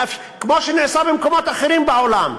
כמו שנעשה במקומות אחרים בעולם,